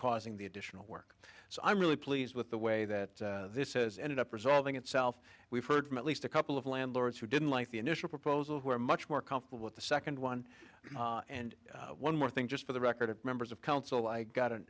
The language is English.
causing the additional work so i'm really pleased with the way that this has ended up resolving itself we've heard from at least a couple of landlords who didn't like the initial proposal were much more comfortable with the second one and one more thing just for the record of members of council i got an